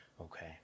Okay